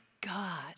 God